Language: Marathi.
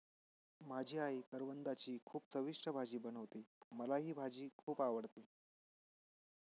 माझी आई करवंदाची खूप चविष्ट भाजी बनवते, मला ही भाजी खुप आवडते